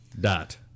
dot